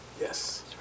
Yes